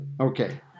Okay